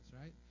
Right